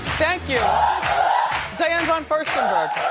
thank you diane von furstenberg.